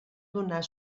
donar